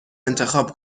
انتخاب